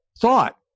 thought